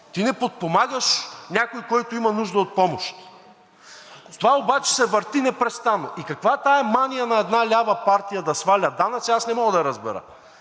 Ти не подпомагаш някой, който има нужда от помощ. Това обаче се върти непрестанно. И каква е тази мания на една лява партия да сваля данъци, аз не мога да разбера?!